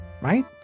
right